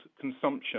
consumption